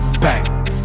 bang